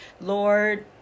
Lord